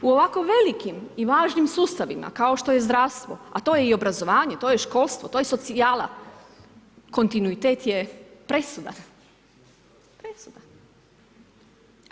U ovako velikim i važnim sustavima kao što je zdravstvo, a to je i obrazovanje, to je školstvo, to je socijala, kontinuitet je presuda, presuda.